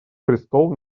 престол